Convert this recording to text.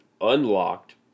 unlocked